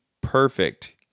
perfect